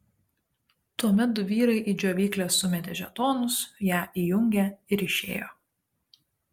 tuomet du vyrai į džiovyklę sumetė žetonus ją įjungė ir išėjo